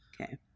Okay